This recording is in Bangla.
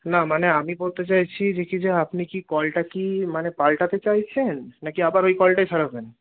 না মানে আমি বলতে চাইছি যে কি যে আপনি কি কলটা কি মানে পালটাতে চাইছেন না কি আবার ওই কলটাই সারাবেন